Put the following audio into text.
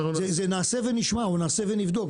זה נעשה ונשמע או נעשה ונבדוק,